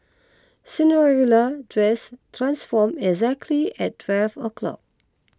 Cinderella dress transform exactly at twelve o'clock